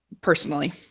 personally